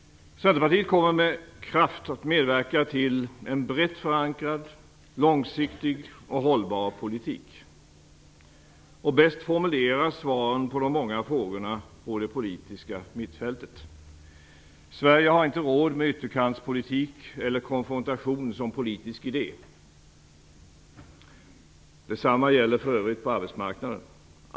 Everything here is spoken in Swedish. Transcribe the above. Centerpartiet kommer med kraft att medverka till en brett förankrad, långsiktig och hållbar politik. Bäst formuleras svaren på de många frågorna på det politiska mittfältet. Sverige har inte råd med ytterkantspolitik eller konfrontation som politisk idé. Detsamma gäller för övrigt på arbetsmarknaden.